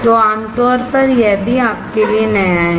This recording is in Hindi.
तो आमतौर पर यह भी आपके लिए नया है